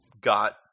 got